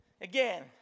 again